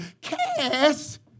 cast